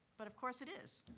but, of course, it is.